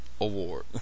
award